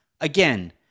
again